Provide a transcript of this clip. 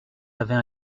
avait